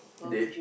date